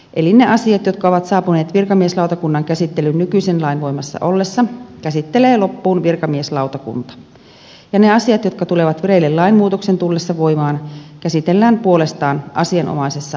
eli ne asiat jotka ovat saapuneet virkamieslautakunnan käsittelyyn nykyisen lain voimassa ollessa käsittelee loppuun virkamieslautakunta ja ne asiat jotka tulevat vireille lainmuutoksen tullessa voimaan käsitellään puolestaan asianomaisessa